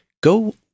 go